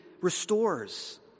restores